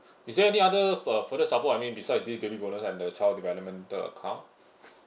is there any other uh further support I mean beside this baby bonus and the child developmental account